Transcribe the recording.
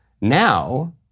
Now